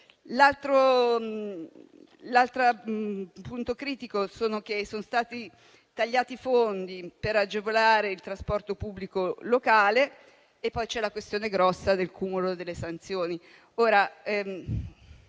altro punto critico è che sono stati tagliati i fondi per agevolare il trasporto pubblico locale. E c'è poi la grossa questione del cumulo delle sanzioni.